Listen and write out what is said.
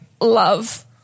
love